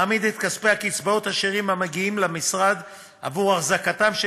מעמיד את כספי קצבאות השאירים המגיעים למשרד עבור החזקתם של